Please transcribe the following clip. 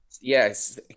Yes